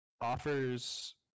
offers